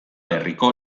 herriko